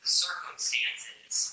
circumstances